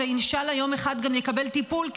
ואינשאללה יום אחד הוא גם יקבל טיפול,